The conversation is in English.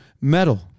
metal